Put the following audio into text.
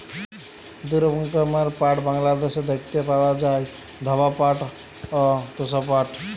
দু রকমের পাট বাংলাদ্যাশে দ্যাইখতে পাউয়া যায়, ধব পাট অ তসা পাট